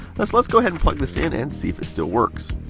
let's let's go ahead and plug this in and see if it still works.